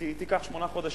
תיקח שמונה חודשים.